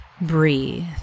breathe